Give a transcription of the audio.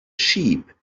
sheep